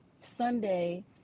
Sunday